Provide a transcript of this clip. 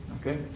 Okay